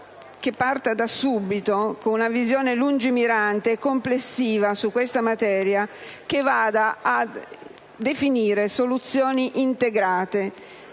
che parta da subito con una visione lungimirante e complessiva su questa materia, che vada a definire soluzioni integrate,